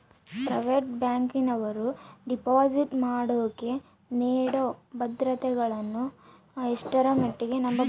Private ಬ್ಯಾಂಕಿನವರು deposit ಮಾಡೋಕೆ ನೇಡೋ ಭದ್ರತೆಗಳನ್ನು ಎಷ್ಟರ ಮಟ್ಟಿಗೆ ನಂಬಬಹುದು?